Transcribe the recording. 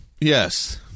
Yes